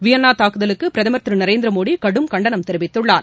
Vienna தாக்குதலுக்கு பிரதமர் திரு நரேந்திரமோடி கடும் கண்டனம் தெரிவித்துள்ளார்